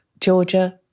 Georgia